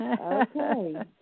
Okay